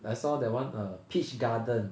I saw that one err peach garden